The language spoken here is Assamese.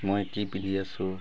মই কি পিন্ধি আছোঁ